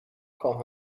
kwam